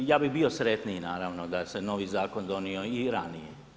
Ja bi bio sretniji, naravno, da se novi zakon donio i ranije.